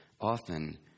often